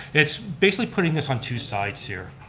it's basically putting this on two sides here.